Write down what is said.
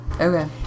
okay